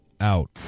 out